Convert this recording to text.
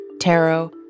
tarot